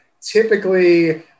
typically